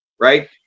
right